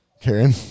Karen